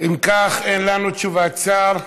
אם כך, אין לנו תשובת שר,